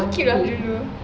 cute ah dia dulu